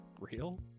real